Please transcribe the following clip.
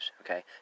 okay